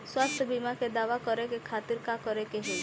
स्वास्थ्य बीमा के दावा करे के खातिर का करे के होई?